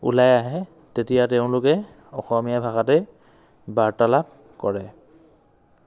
ওলাই আহে তেতিয়া তেওঁলোকে অসমীয়া ভাষাতে বাৰ্তালাপ কৰে